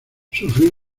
sufrió